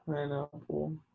Pineapple